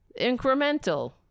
Incremental